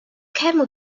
camel